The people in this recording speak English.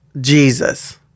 Jesus